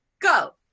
Go